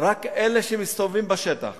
רק אלה שמסתובבים בשטח